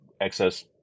excess